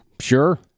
Sure